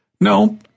No